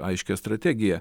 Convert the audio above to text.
aiškią strategiją